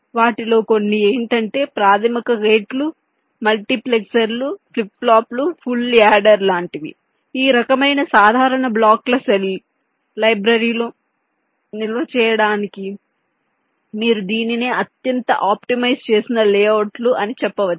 వాటిలో కొన్ని ఏంటంటే ప్రాథమిక గేట్లు మల్టీప్లెక్సర్లు ఫ్లిప్ ఫ్లాప్లు ఫుల్ యాడర్ లాంటివి ఈ రకమైన సాధారణ బ్లాక్లు సెల్ లైబ్రరీలో నిల్వ చేయబడతాయి మీరు దీనినే అత్యంత ఆప్టిమైజ్ చేసిన లేఅవుట్ లు అని చెప్పవచ్చు